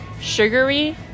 Sugary